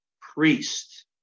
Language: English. priest